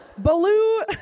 Baloo